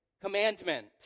commandment